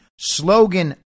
slogan